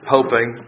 Hoping